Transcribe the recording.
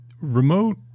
remote